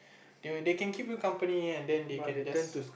they will they can keep you company and then they can just